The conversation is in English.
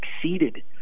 succeeded